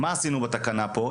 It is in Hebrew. מה עשינו בתקנה פה?